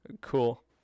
cool